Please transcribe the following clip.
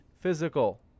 physical